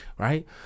right